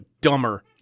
dumber